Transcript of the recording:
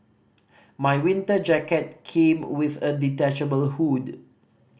my winter jacket came with a detachable hood